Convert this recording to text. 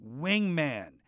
wingman